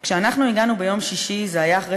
"כשאנחנו הגענו ביום שישי זה היה אחרי